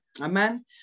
Amen